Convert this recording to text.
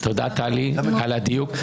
תודה, טלי, על הדיוק.